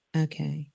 okay